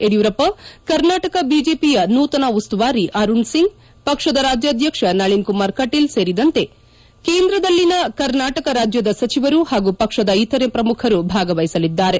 ಯಡಿಯೂರಪ್ಲ ಕರ್ನಾಟಕ ಬಿಜೆಪಿಯ ನೂತನ ಉಸ್ಸುವಾರಿ ಅರುಣ್ ಸಿಂಗ್ ಪಕ್ಕದ ರಾಜ್ಯಾಧ್ವಕ್ಕ ನಳೀನ್ಕುಮಾರ್ ಕಟೀಲ್ ಸೇರಿದಂತೆ ಕೇಂದ್ರದಲ್ಲಿನ ಕರ್ನಾಟಕ ರಾಜ್ಯದ ಸಚಿವರು ಹಾಗೂ ಪಕ್ಷದ ಇತರೆ ಪ್ರಮುಖರು ಭಾಗವಹಿಸಲಿದ್ದಾರೆ